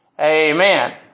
amen